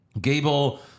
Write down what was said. Gable